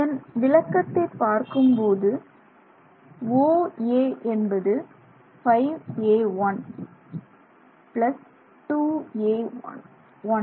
இதன் விளக்கத்தை பார்க்கும்போது OA என்பது 5a12a1